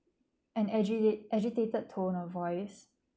and agi~ agitated to novice